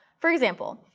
for example,